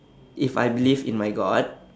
if I believe in my god